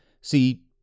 See